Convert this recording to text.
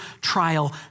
trial